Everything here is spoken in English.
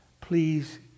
please